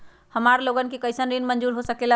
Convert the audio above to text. हमार लोगन के कइसन ऋण मंजूर हो सकेला?